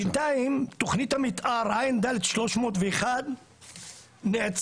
בינתיים, תכנית המתאר עד/301 נעצרה,